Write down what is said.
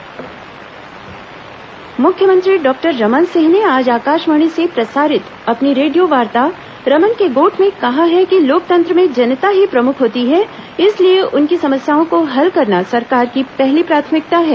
रमन के गोठ मुख्यमंत्री डॉक्टर रमन सिंह ने आज आकाशवाणी से प्रसारित अपनी रेडियो वार्ता रमन के गोठ में कहा है कि लोकतंत्र में जनता ही प्रमुख होती है इसलिए उनकी समस्याओं को हल करना सरकार की पहली प्राथमिकता है